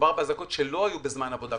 מדובר באזעקות שלא היו בזמן עבודה.